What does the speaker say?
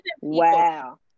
Wow